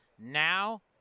Now